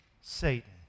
Satan